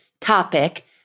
topic